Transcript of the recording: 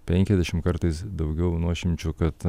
penkiasdešimt kartais daugiau nuošimčių kad